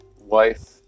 wife